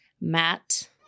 Matt